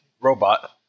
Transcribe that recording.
robot